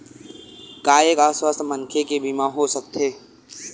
का एक अस्वस्थ मनखे के बीमा हो सकथे?